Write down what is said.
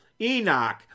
Enoch